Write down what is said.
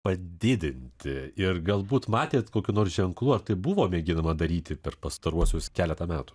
padidinti ir galbūt matėt kokių nors ženklų ar tai buvo mėginama daryti per pastaruosius keletą metų